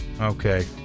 okay